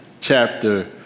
chapter